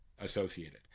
associated